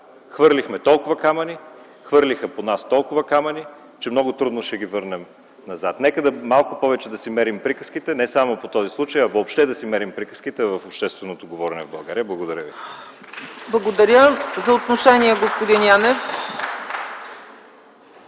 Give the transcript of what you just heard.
Хвърлихме толкова камъни, хвърлиха по нас толкова камъни, че много трудно ще ги върнем назад. Нека малко повече да си мерим приказките – не само по този случай, а въобще да си мерим приказките в общественото говорене в България. Благодаря Ви. (Ръкопляскания от ГЕРБ.)